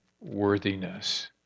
worthiness